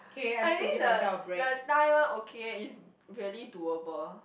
I mean the the thigh one okay eh is really doable